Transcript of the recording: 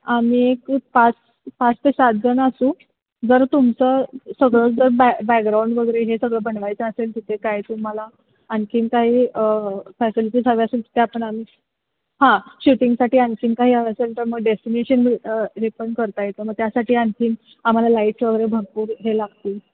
आम्ही एक पाच पाच ते सातजणं असू जर तुमचं सगळं जर बॅ बॅग्राऊंड वगैरे हे सगळं बनवायचं असेल तिथे काय तुम्हाला आणखी काहीफॅसिलिटीज हव्या असेल तिथे त्या पण आम्ही हां शूटिंगसाठी आणखी काही हवी असेल तर मग डेस्टिनेशन रिपंड करता येतं मग त्यासाठी आणखी आम्हाला लाईट्स वगैरे भरपूर हे लागतील